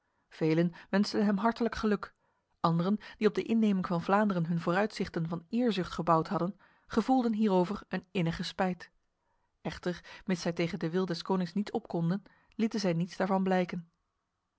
velen wensten hem hartelijk geluk anderen die op de inneming van vlaanderen hun vooruitzichten van eerzucht gebouwd hadden gevoelden hierover een innige spijt echter mits zij tegen de wil des konings niet op konden lieten zij niets daarvan blijken